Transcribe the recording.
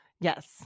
Yes